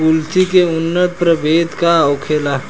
कुलथी के उन्नत प्रभेद का होखेला?